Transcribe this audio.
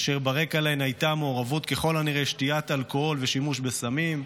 אשר ברקע להן היו מעורבים ככל הנראה שתיית אלכוהול ושימוש בסמים.